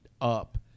up